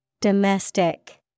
Domestic